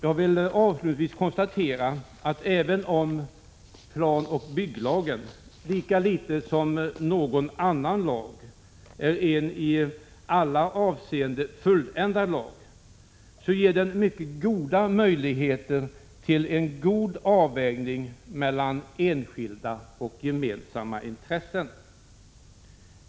Jag vill avslutningsvis konstatera att även om planoch bygglagen lika litet som någon annan lag är en i alla avseenden fulländad lag, så ger den mycket goda möjligheter till en god avvägning mellan enskilda och gemensamma intressen.